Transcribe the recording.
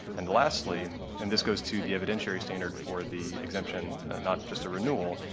and lastly, and this goes to the evidentiary standard for the exemption, not just a renewal,